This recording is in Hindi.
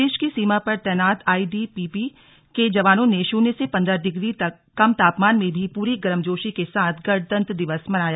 प्रदेश की सीमा पर तैनात आईटीबीपी के जवानों ने शून्य से पंद्रह डिग्री कम तापमान में भी पूरी गर्मजोशी के साथ गणतंत्र दिवस मनाया